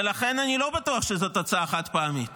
ולכן אני לא בטוח שזאת הוצאה חד-פעמית